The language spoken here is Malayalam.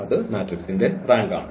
അത് മാട്രിക്സിന്റെ റാങ്കാണ്